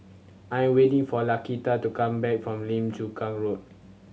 I am waiting for Laquita to come back from Lim Chu Kang Road